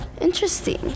Interesting